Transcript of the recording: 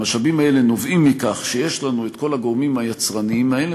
המשאבים האלה נובעים מכך שיש לנו את כל הגורמים היצרניים האלה,